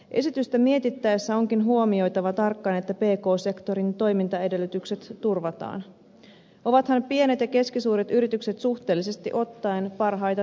esitystä mietittäessä onkin huomioitava tarkkaan että pk sektorin toimintaedellytykset turvataan ovathan pienet ja keskisuuret yritykset suhteellisesti ottaen parhaita työllistäjiä